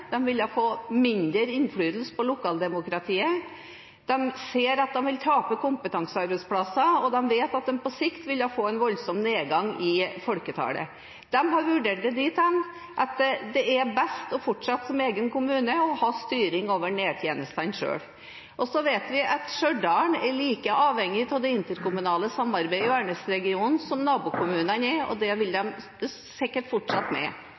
ville få mindre innflytelse på lokaldemokratiet, de ser at de ville tape kompetansearbeidsplasser, og de vet at de på sikt ville få en voldsom nedgang i folketallet. De har vurdert det dit hen at det er best å fortsette som egen kommune og ha styring over nærtjenestene selv. Og så vet vi at Stjørdal er like avhengig av det interkommunale samarbeidet i Værnes-regionen som nabokommunene er, og det vil de sikkert fortsette med.